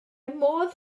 modd